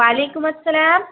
وعلیکم السلام